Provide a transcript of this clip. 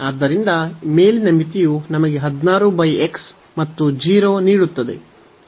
ಆದ್ದರಿಂದ ಮೇಲಿನ ಮಿತಿಯು ನಮಗೆ 16 x ಮತ್ತು 0 ನೀಡುತ್ತದೆ